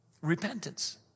Repentance